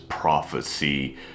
prophecy